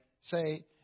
Say